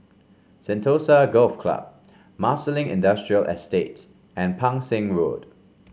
Sentosa Golf Club Marsiling Industrial Estate and Pang Seng Road